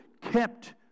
kept